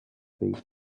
beef